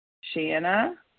Shanna